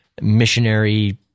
missionary